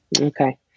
Okay